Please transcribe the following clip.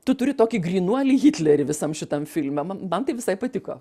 tu turi tokį grynuolį hitlerį visam šitam filme man man tai visai patiko